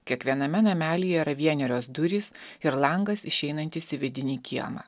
kiekviename namelyje yra vienerios durys ir langas išeinantis į vidinį kiemą